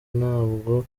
ntabwo